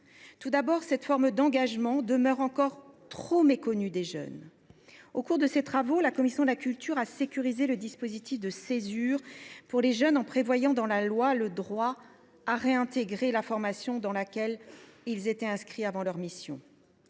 Tout d’abord, cette forme d’engagement est encore trop souvent méconnue des jeunes. Au cours de ses travaux, la commission de la culture a sécurisé le mécanisme de césure pour les jeunes en prévoyant dans la loi le droit de réintégrer la formation dans laquelle ils étaient inscrits avant leur mission.